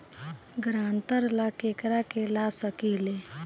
ग्रांतर ला केकरा के ला सकी ले?